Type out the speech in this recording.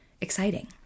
exciting